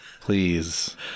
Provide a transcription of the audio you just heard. Please